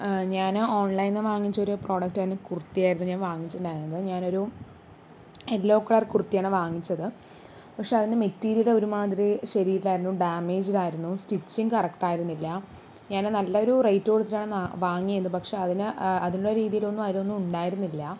ഞാൻ ഓൺലൈനിൽ നിന്ന് വാങ്ങിച്ച ഒരു പ്രോഡക്റ്റായിരുന്നു കുർത്തിയായിരുന്നു ഞാൻ വാങ്ങിച്ചിട്ടുണ്ടായിരുന്നത് ഞാനൊരു യെല്ലോ കളർ കുർത്തയാണ് വാങ്ങിച്ചത് പക്ഷെ അതിൻ്റെ മെറ്റീരിയൽ ഒരുമാതിരി ശരിയല്ലായിരുന്നു ഡാമേജ്ഡ് ആയിരുന്നു സ്റ്റിച്ചിങ് കറക്റ്റ് ആയിരുന്നില്ല ഞാൻ നല്ലൊരു റേറ്റ് കൊടുത്തിട്ടാണ് വാങ്ങിയത് പക്ഷെ അതിന് അതിനുള്ള രീതിയിലൊന്നും അതിൽ ഉണ്ടായിരുന്നില്ല